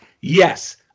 yes